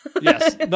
Yes